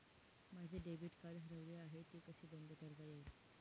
माझे debit card हरवले आहे ते कसे बंद करता येईल?